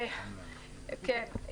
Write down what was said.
כן.